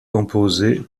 composées